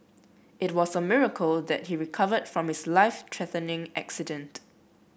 it was a miracle that he recovered from his life threatening accident